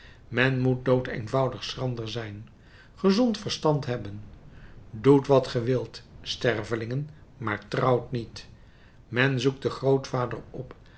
men moet doodeenvoudig schrander zijn gezond verstand hebben doet wat ge wilt stervelingen maar trouwt niet men zoekt den grootvader op